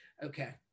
Okay